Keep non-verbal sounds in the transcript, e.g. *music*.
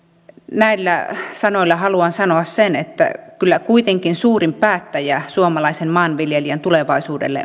näillä sanoilla haluan sanoa sen että kyllä kuitenkin suurin päättäjä suomalaisen maanviljelijän tulevaisuudesta *unintelligible*